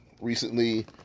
recently